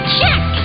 Check